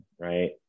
right